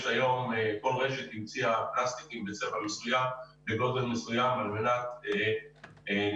כל רשת המציאה פלסטיקים בצבע מסוים ובגודל מסוים על מנת לחייב